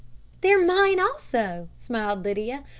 they're mine also, smiled lydia.